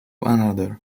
another